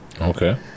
okay